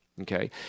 okay